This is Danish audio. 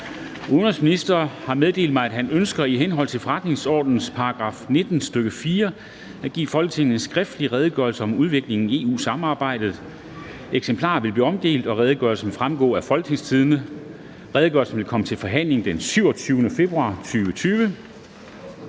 (Jeppe Kofod) har meddelt mig, at han ønsker i henhold til forretningsordenens § 19, stk. 4, at give Folketinget en skriftlig Redegørelse om udviklingen i EU-samarbejdet. (Redegørelse nr. R 7). Eksemplarer vil blive omdelt, og redegørelsen vil fremgå af www.folketingstidende.dk. Redegørelsen vil komme til forhandling den 27. februar 2020.